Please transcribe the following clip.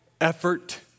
effort